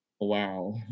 Wow